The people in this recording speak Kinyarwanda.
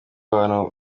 bantu